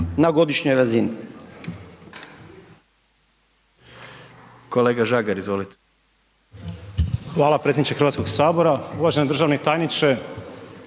na godišnjoj razini.